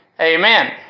amen